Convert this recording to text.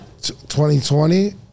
2020